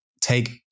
take